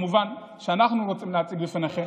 מובן שאנחנו רוצים להציג בפניכם,